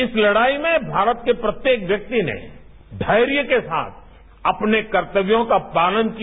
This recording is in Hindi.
इस लड़ाई में भारत के प्रत्येक व्यक्ति ने धैर्य के साथ अपने कर्तव्यों का पालन किया